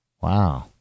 Wow